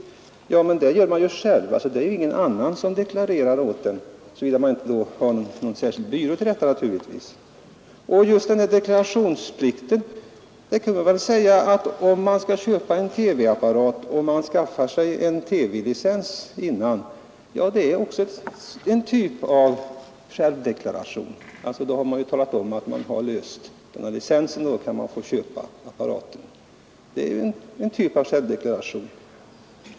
Att deklarera är emellertid någonting som man gör själv — det är ingen annan som deklarerar åt en, såvitt man inte anlitar en byrå för det. Om man skall skaffa sig TV-licens innan man köper en TV-apparat, kan det sägas också vara en typ av självdeklaration. Då har man alltså talat om att man har löst licens och då kan man få köpa TV-apparaten. Det är som sagt en typ av självdeklaration.